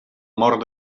mort